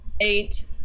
Eight